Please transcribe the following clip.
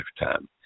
lifetime